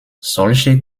solche